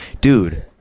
Dude